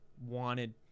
wanted